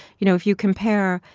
you know, if you compare,